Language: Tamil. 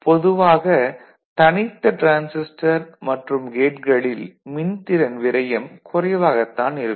பொதுவாக தனித்த டிரான்சிஸ்டர் மற்றும் கேட்களில் மின்திறன் விரயம் குறைவாகத் தான் இருக்கும்